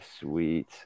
Sweet